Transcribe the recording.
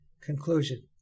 Conclusion